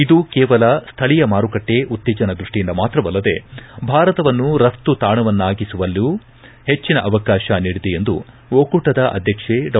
ಇದು ಕೇವಲ ಸ್ಥಳೀಯ ಮಾರುಕಟ್ಟೆ ಉತ್ತೇಜನ ದೃಷ್ಟಿಯಿಂದ ಮಾತ್ರವಲ್ಲದೇ ಭಾರತವನ್ನು ರಘ್ತ ತಾಣವನ್ನಾಗಿಸುವಲ್ಲೂ ಪೆಚ್ಚಿನ ಅವಕಾಶ ನೀಡಿದೆ ಎಂದು ಒಕ್ಕೂಟದ ಅಧ್ಯಕ್ಷೆ ಡಾ